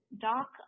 dock